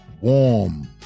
warm